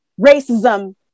racism